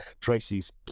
Tracy's